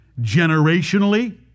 generationally